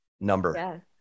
number